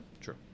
True